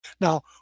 Now